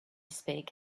speak